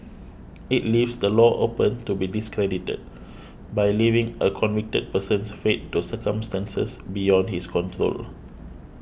it leaves the law open to be discredited by leaving a convicted person's fate to circumstances beyond his control